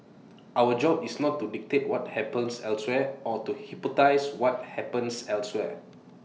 our job is not to dictate what happens elsewhere or to hypothesise what happens elsewhere